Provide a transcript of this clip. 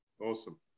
Awesome